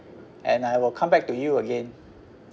and I will come back to you again